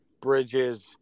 Bridges